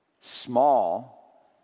Small